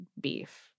beef